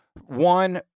One